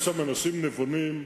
יש שם אנשים נבונים,